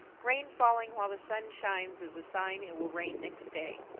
rain falling while the sun shines is a sign it will rain next day.